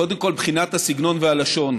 קודם כול, מבחינת הסגנון והלשון,